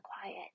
quiet